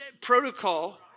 protocol